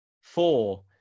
four